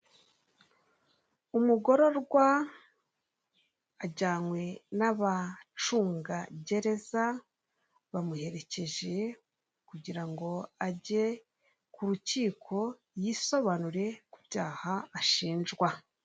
Umugororwa ajyanywe n'abacungagereza bamuherekeje kugira ngo ajye kurukiko, yisobanure ku byaha ashinjwa.